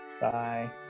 Bye